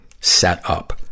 setup